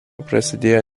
prasidėjo